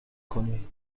کنی